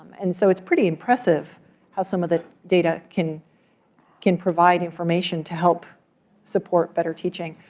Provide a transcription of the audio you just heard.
and so it's pretty impressive how some of the data can can provide information to help support better teaching.